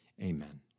Amen